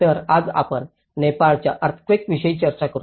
तर आज आपण नेपाळच्या अर्थक्वेक विषयी चर्चा करू